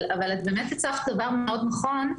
אבל את הצפת באמת דבר מאוד נכון.